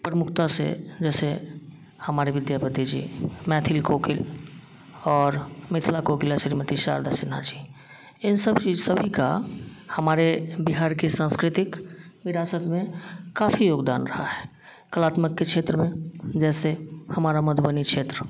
प्रमुखता से जैसे हमारे विद्यापति जी मैथिली कोकील और मिथिला कोकिला श्रीमती शारदा सिन्हा जी इन सब की सभी का हमारे बिहार के सांस्कृतिक विरासत में काफी योगदान रहा है कलात्मक के क्षेत्र में जैसे हमारा मधुबनी क्षेत्र